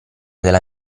della